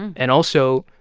and and also,